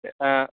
ஆ